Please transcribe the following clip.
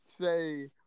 say